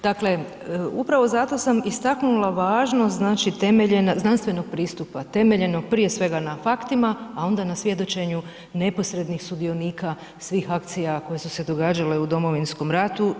Dakle, upravo zato sam istaknula važnost znači temeljenog, znanstvenog pristupa, temeljenog prije svega na faktima a onda na svjedočenju neposrednih sudionika svih akcija koje su se događale u Domovinskom ratu.